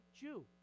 Jew